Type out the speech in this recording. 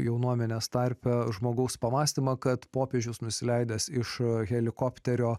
jaunuomenės tarpe žmogaus pamąstymą kad popiežius nusileidęs iš helikopterio